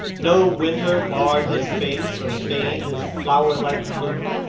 no winter marred his face or stained his flowerlike bloom.